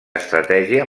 estratègia